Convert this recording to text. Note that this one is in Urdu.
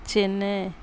چنے